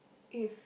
is